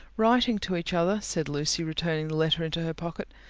writing to each other, said lucy, returning the letter into her pocket,